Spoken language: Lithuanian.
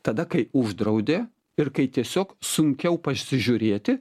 tada kai uždraudė ir kai tiesiog sunkiau pasižiūrėti